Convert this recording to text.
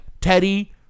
Teddy